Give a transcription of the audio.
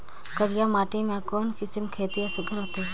करिया माटी मा कोन किसम खेती हर सुघ्घर होथे?